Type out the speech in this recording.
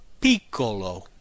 piccolo